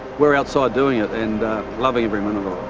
we're outside doing it and loving every minute